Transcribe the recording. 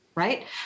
Right